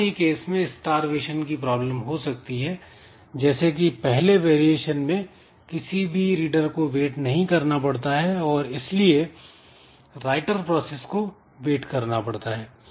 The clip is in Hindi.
दोनों ही केस में स्टार्वेशन की प्रॉब्लम हो सकती है जैसे कि पहले वेरिएशन में किसी भी रीडर को वेट नहीं करना पड़ता है और इसलिए राइटर प्रोसेस को वेट करना पड़ता है